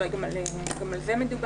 אולי גם על זה מדובר